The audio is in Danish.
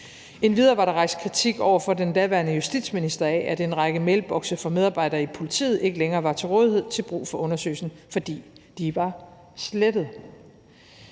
Endvidere var der rejst kritik over for den daværende justitsminister af, at en række mailbokse for medarbejdere i politiet ikke længere var til rådighed til brug for undersøgelsen, fordi de var slettet.